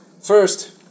First